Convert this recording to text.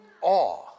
awe